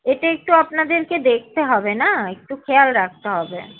এটা একটু আপনাদেরকে দেখতে হবে না একটু খেয়াল রাখতে হবে